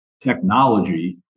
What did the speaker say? technology